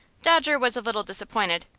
dodger was a little disappointed.